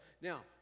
Now